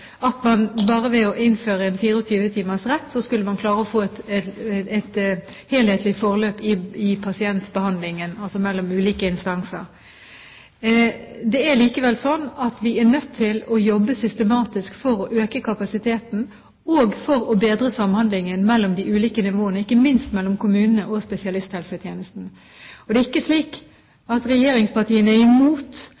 helhetlig forløp i pasientbehandlingen, altså mellom ulike instanser. Det er likevel slik at vi er nødt til å jobbe systematisk for å øke kapasiteten og for å bedre samhandlingen mellom de ulike nivåene, ikke minst mellom kommunene og spesialisthelsetjenesten. Det er ikke slik